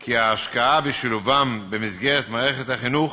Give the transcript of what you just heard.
כי ההשקעה בשילובם במסגרת מערכת החינוך